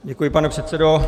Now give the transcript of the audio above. Děkuji, pane předsedo.